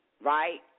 right